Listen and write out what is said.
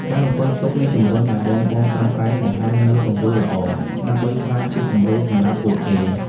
ការរំពឹងទុកនេះជំរុញឱ្យបងៗប្រឹងប្រែងបង្ហាញនូវទង្វើល្អ ដើម្បីក្លាយជាគំរូសម្រាប់ពួកគេ។